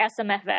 SMFA